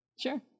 Sure